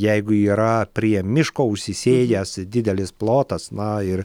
jeigu yra prie miško užsisėjęs didelis plotas na ir